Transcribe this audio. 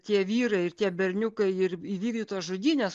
tie vyrai ir tie berniukai ir įvykdytos žudynės